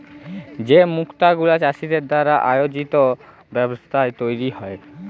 যে মুক্ত গুলা চাষীদের দ্বারা আয়জিত ব্যবস্থায় তৈরী হ্যয়